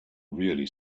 really